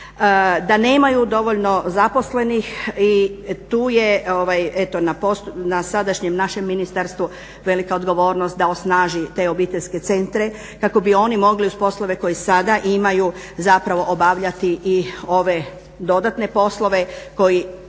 da nemaju dovoljno zaposlenih i tu je eto na sadašnjem našem ministarstvu velika odgovornost da osnaži te obiteljske centre kako bi oni mogli uz poslove koje sada imaju zapravo obavljati i ove dodatne poslove koji